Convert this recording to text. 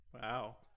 Wow